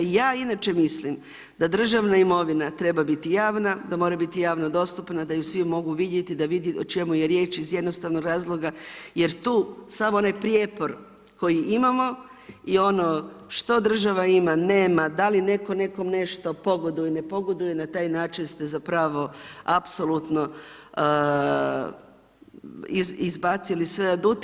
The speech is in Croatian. Ja inače mislim, da državna imovina treba biti javna, da mora biti javno dostupna, da ju svi mogu vidjeti, da vidi o čemu je riječ, iz jednostavnog razloga, jer tu samo ne prijepor koji imamo i ono što država ima, nema, da li netko nekom nešto pogoduje, ne pogoduje, na taj način ste zapravo apsolutno izbacili sve adute.